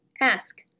ask